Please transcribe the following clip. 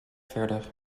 verder